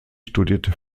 studierte